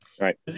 Right